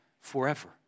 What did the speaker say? forever